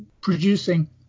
producing